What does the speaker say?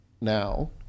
now